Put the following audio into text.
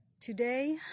today